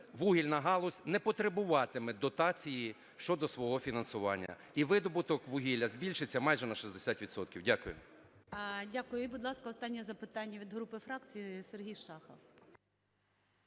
вугільна галузь не потребуватиме дотації щодо свого фінансування. І видобуток вугілля збільшиться майже на 60 відсотків. Дякую. ГОЛОВУЮЧИЙ. Дякую. І будь ласка, останнє запитання від груп і фракцій - Сергій Шахов.